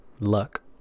Luck